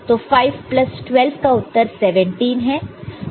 तो 5 प्लस 12 का उत्तर 17 है